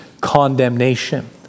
Condemnation